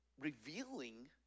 revealing